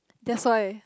that's why